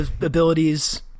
abilities